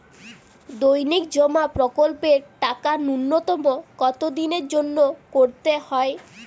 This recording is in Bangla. দৈনিক জমা প্রকল্পের টাকা নূন্যতম কত দিনের জন্য করতে হয়?